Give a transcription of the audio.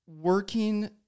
Working